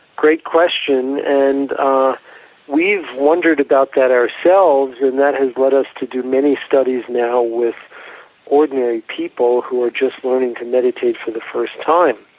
great question, and we've wondered about that ourselves, and that has led us to do many studies now with ordinary people who are just learning to meditate for the first time.